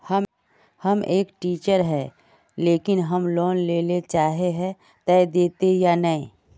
हम एक टीचर है लेकिन हम लोन लेले चाहे है ते देते या नय?